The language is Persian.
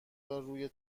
روی